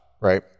right